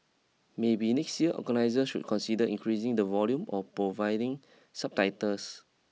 maybe next year organiser should consider increasing the volume or providing subtitles